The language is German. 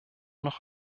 noch